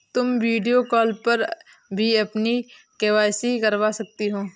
तुम video call पर भी अपनी के.वाई.सी करवा सकती हो